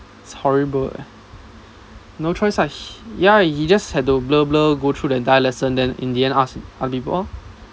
it's horrible leh no choice lah ya he just have to blur blur go through the entire lesson then in the end ask other people lor